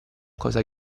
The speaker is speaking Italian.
cosa